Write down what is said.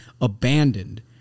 abandoned